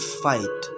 fight